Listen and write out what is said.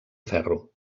ferro